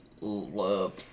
love